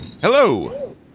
hello